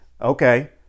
okay